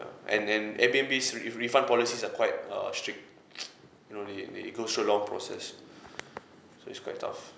and and airbnb's re~ refund policies are quite err strict you know they they go through a long process so it's quite tough